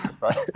right